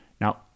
Now